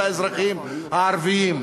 של האזרחים הערבים.